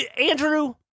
Andrew